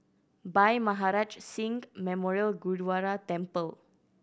Bhai Maharaj Singh Memorial Gurdwara Temple